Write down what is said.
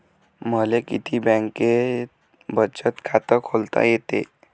मले किती बँकेत बचत खात खोलता येते?